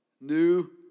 New